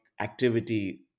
activity